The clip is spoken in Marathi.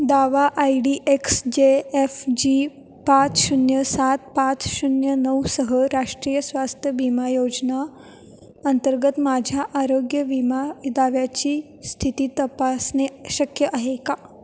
दावा I D X J F G पाच शून्य सात पाच शून्य नऊसह राष्ट्रीय स्वास्थ्य विमा योजना अंतर्गत माझ्या आरोग्य विमा दाव्याची स्थिती तपासणे शक्य आहे का